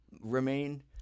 remain